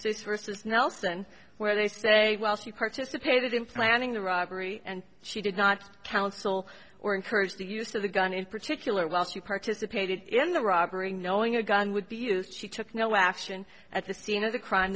states versus nelson where they say well she participated in planning the robbery and she did not counsel or encourage the use of the gun in particular while she participated in the robbery knowing a gun would be used she took no action at the scene of the crime